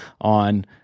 on